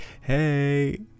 hey